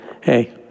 Hey